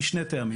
משתי סיבות.